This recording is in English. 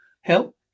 Help